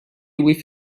with